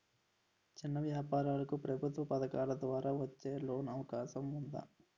చిన్న వ్యాపారాలకు ప్రభుత్వం పథకాల ద్వారా వచ్చే లోన్ అవకాశం ఉందా?